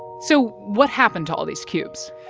so what happened to all these cubes?